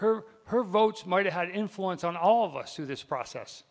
her her votes might have had influence on all of us through this process